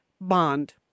Bond